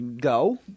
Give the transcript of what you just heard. go